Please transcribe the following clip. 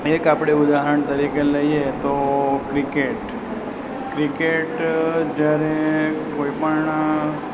એક આપણે ઉદાહરણ તરીકે લઈએ તો ક્રિકેટ ક્રિકેટ જ્યારે કોઈ પણ